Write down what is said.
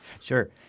Sure